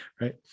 right